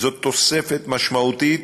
זאת תוספת משמעותית,